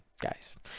guys